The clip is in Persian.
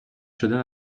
شدن